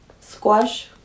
Squash